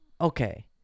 okay